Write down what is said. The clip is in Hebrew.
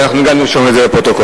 ואנחנו גם נרשום את זה בפרוטוקול.